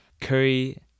Curry